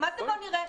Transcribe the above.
מה זה "בואי נראה"?